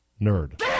nerd